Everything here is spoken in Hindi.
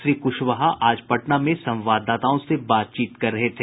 श्री कुशवाहा आज पटना में संवाददाताओं से बातचीत कर रहे थे